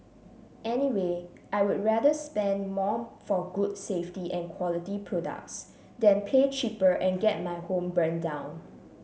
anyway I'll rather spend more for good safety and quality products than pay cheaper and get my home burnt down